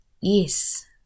yes